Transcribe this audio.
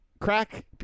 crack